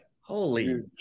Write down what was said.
Holy